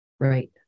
Right